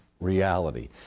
reality